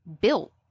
built